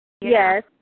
Yes